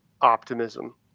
optimism